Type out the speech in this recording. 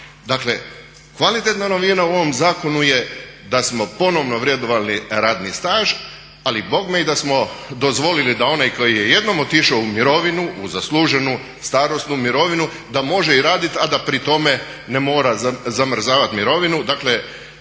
Dakle kvalitetna novina u ovom zakonu je da smo ponovno vrednovali radni staž ali bogme i da smo dozvolili da onaj koji je jednom otišao u mirovinu, u zasluženu starosnu mirovinu da može i raditi a da pri tome ne mora zamrzavati mirovinu.